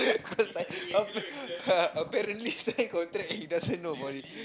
appa~ apparently sign contract and he doesn't know about it